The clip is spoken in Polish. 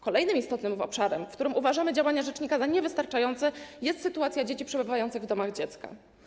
Kolejnym istotnym obszarem, w którym uważamy działania rzecznika za niewystarczające, jest sytuacja dzieci przebywających w domach dziecka.